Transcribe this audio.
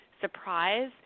surprise